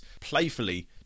playfully